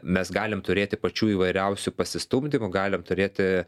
mes galim turėti pačių įvairiausių pasistumdymų galim turėti